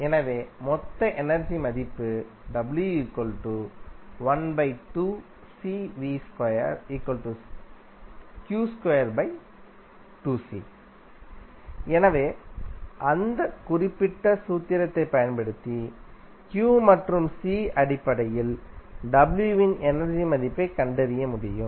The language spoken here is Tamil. எனவே மொத்த எனர்ஜி மதிப்பு எனவே அந்த குறிப்பிட்ட சூத்திரத்தைப் பயன்படுத்தி q மற்றும் C அடிப்படையில் W இன் எனர்ஜி மதிப்பைக் கண்டறிய முடியும்